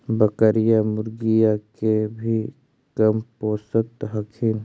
बकरीया, मुर्गीया के भी कमपोसत हखिन?